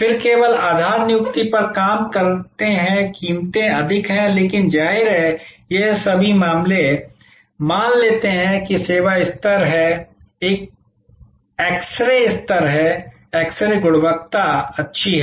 फिर केवल आधार नियुक्ति पर काम करते हैं कीमतें अधिक हैं लेकिन जाहिर है यह सभी मामले मान लेंगे कि सेवा स्तर है कि एक्स रे स्तर है एक्स रे गुणवत्ता अच्छी है